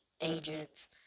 agents